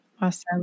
Awesome